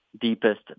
deepest